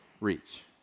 reach